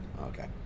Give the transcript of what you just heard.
Okay